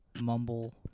Mumble